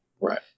Right